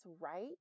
right